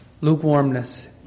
Lukewarmness